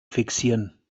fixieren